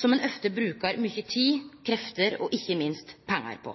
som ein ofte brukar mykje tid, krefter og ikkje minst pengar på.